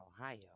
Ohio